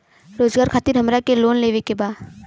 रोजगार खातीर हमरा के लोन लेवे के बा?